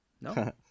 No